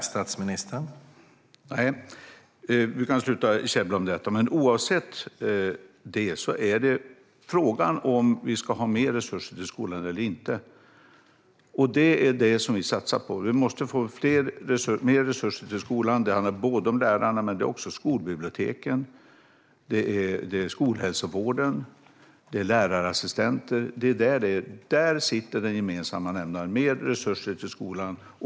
Herr talman! Vi kan sluta käbbla om detta, men oavsett det är frågan om vi ska ha mer resurser till skolan eller inte. Det är det som vi satsar på. Vi måste få mer resurser till skolan. Det handlar om lärarna men också om skolbiblioteken, skolhälsovården och lärarassistenter. Den gemensamma nämnaren är mer resurser till skolan.